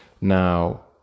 now